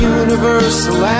universal